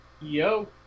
Yo